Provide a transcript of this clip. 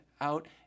out